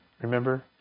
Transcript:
Remember